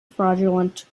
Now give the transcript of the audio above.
fraudulent